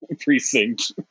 precinct